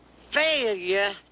failure